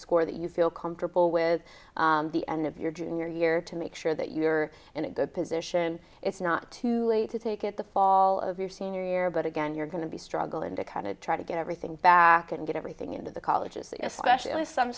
score that you feel comfortable with the end of your junior year to make sure that you are in a good position it's not too early to take it the fall of your senior year but again you're going to be struggling to kind of try to get everything back and get everything into the colleges especially